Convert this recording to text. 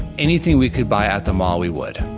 anything we could buy at the mall we would.